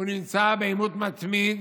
הוא נמצא בעימות מתמיד